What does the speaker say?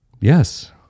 Yes